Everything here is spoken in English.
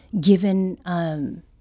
given